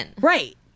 Right